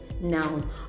now